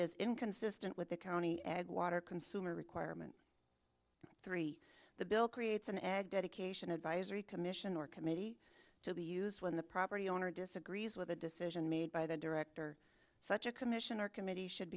is inconsistent with the county add water consumer requirement three the bill creates an add dedication advisory commission or committee to be used when the property owner disagrees with a decision made by the director such a commission or committee should